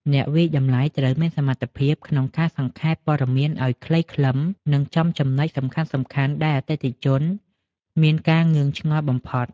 អ្នកវាយតម្លៃត្រូវមានសមត្ថភាពក្នុងការសង្ខេបព័ត៌មានឱ្យខ្លីខ្លឹម និងចំចំណុចសំខាន់ៗដែលអតិថិជនមានការងឿងឆ្ងល់បំផុត។